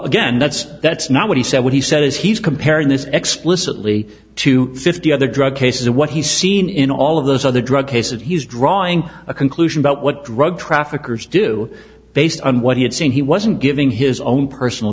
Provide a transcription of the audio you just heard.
again that's that's not what he said what he said is he's comparing this explicitly to fifty other drug cases and what he's seen in all of those other drug case that he's drawing a conclusion about what drug traffickers do based on what he had seen he wasn't giving his own personal